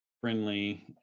friendly